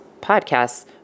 podcasts